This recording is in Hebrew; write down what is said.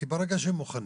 כי ברגע שמוכנים,